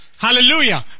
Hallelujah